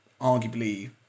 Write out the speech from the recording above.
arguably